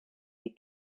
die